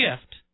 shift